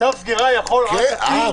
צו סגירה יכול רק קצין, ראש עיר או רופא מחוזי.